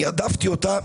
אני הדפתי אותה.